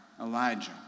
Elijah